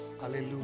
Hallelujah